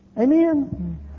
Amen